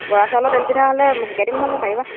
বৰা চাউলৰ তেলপিঠা হ'লে শিকাই দিম নহয় মই পাৰিবা